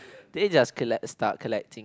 they just collect start collecting